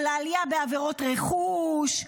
על העלייה בעבירות רכוש,